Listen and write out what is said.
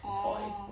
orh